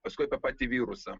paskui tą patį virusą